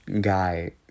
guy